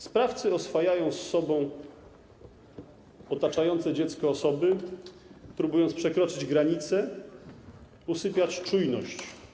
Sprawcy oswajają z sobą osoby otaczające dziecko, próbując przekroczyć granice, usypiać czujność.